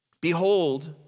Behold